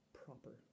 proper